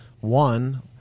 one